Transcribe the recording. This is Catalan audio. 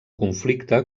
conflicte